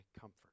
comfort